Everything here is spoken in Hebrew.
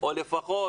או לפחות